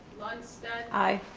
lundstedt. i.